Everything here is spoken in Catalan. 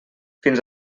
fins